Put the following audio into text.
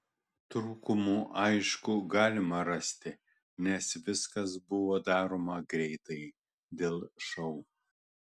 trūkumų aišku galima rasti nes viskas buvo daroma greitai dėl šou